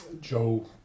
Joe